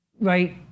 right